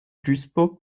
duisburg